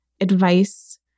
advice